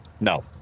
No